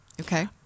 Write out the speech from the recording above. Okay